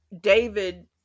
David